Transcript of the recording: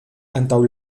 antaŭ